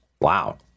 Wow